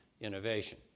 innovation